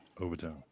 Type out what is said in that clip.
Overtime